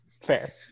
Fair